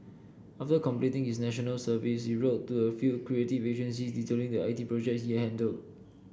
after completing his National Service he wrote to a few creative agency detailing the I T projects he handled